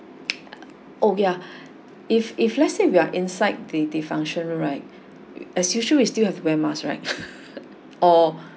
oh yeah if if let's say we are inside the the function room right as usual we still have wear mask right or